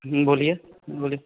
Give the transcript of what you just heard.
बोलिए बोलिए